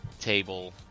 table